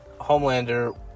Homelander